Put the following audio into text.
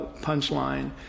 punchline